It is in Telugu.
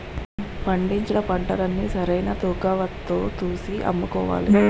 పండించిన పంటల్ని సరైన తూకవతో తూసి అమ్ముకోవాలి